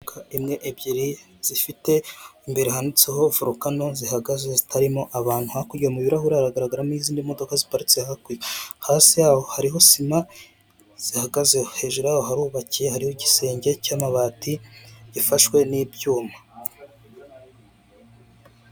Imodoka imwe ebyiri zifite imbere handitseho vorukano zihagaze zitarimo abantu hakurya mu birahure haragaragaramo izindi modoka ziparitse hakurya hasi yaho hariho sima zihagazeho hejuru yaho harubakiye hariho igisenge cy'amabati gifashwe n'ibyuma.